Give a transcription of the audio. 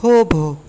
થોભો